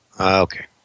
Okay